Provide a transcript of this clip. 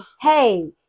hey